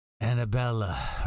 Annabella